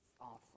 awesome